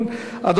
נתקבלה.